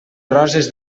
roses